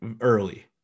early